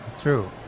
True